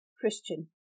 Christian